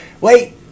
Wait